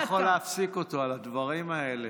אני לא יכול להפסיק אותו על הדברים האלה.